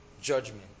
judgment